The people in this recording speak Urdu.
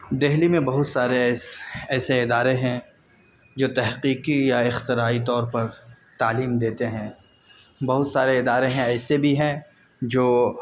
دلی میں بہت سارے ایسے ایسے ادارے ہیں جو تحقیقی یا اختراعی طور پر تعلیم دیتے ہیں بہت سارے ادارے ہیں ایسے بھی ہیں جو